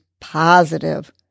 positive